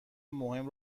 مهم